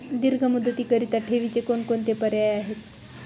दीर्घ मुदतीकरीता ठेवीचे कोणकोणते पर्याय आहेत?